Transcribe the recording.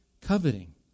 coveting